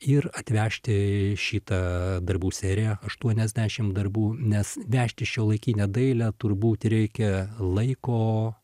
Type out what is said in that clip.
ir atvežti šitą darbų seriją aštuoniasdešim darbų nes vežti šiuolaikinę dailę turbūt reikia laiko